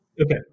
Okay